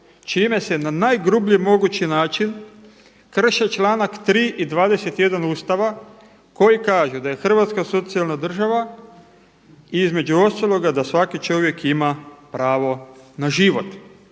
čime se na najgrublji mogući način krše članak 3. i 21. Ustava koji kaže da je Hrvatska socijalna država i između ostaloga da svaki čovjek ima pravo na život.